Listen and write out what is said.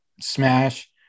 smash